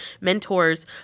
mentors